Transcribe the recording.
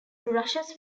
rushes